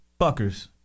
fuckers